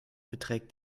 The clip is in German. beträgt